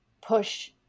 push